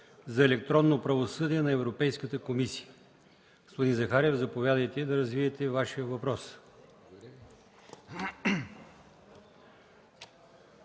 за електронно правосъдие на Европейската комисия. Господин Захариев, заповядайте да развиете Вашия въпрос.